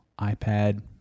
iPad